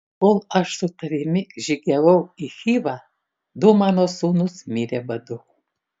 kol aš su tavimi žygiavau į chivą du mano sūnūs mirė badu